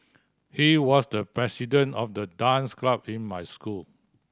he was the president of the dance club in my school